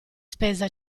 spesa